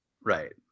Right